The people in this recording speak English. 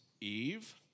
Eve